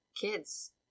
kids